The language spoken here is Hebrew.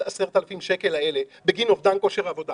10,000 השקלים האלה בגין אובדן כושר עבודה